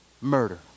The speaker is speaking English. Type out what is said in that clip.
murder